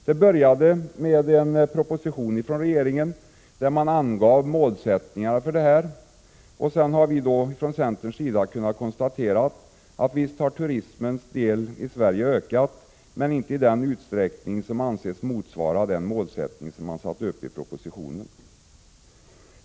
Det började med en proposition från regeringen, där man angav målsättningar. Vi har från centern kunnat konstatera att visst har turismens andel ökat i Sverige, men inte i en utsträckning som kan anses motsvara det mål man satte upp i propositionen.